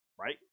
right